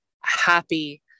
happy